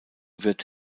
wird